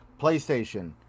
PlayStation